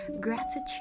Gratitude